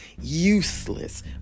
useless